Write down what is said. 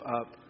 up